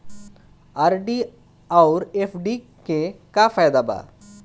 RD आउर FD के का फायदा बा?